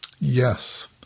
Yes